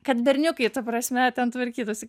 kad berniukai ta prasme ten tvarkytųsi